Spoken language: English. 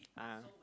ah